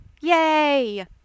yay